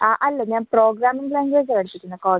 ആ അല്ല ഞാൻ പ്രോഗ്രാമിംഗ് ലാംഗ്വേജാ പഠിപ്പിക്കുന്ന കോഡിംഗ്